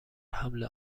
حمل